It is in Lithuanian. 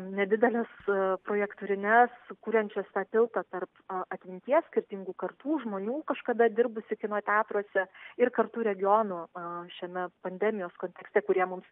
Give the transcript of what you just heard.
nedideles projektorines sukuriančias tą tiltą tarp atminties skirtingų kartų žmonių kažkada dirbusių kino teatruose ir kartu regionų šiame pandemijos kontekste kurie mums